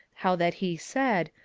how that he said,